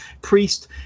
Priest